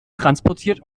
transportiert